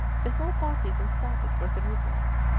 the whole party then started for the roosevelt,